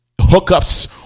hookups